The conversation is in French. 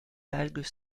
algues